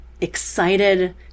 excited